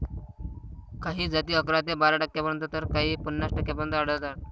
काही जाती अकरा ते बारा टक्क्यांपर्यंत तर काही पन्नास टक्क्यांपर्यंत आढळतात